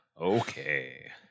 Okay